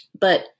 But-